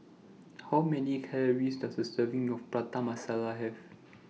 How Many Calories Does A Serving of Prata Masala Have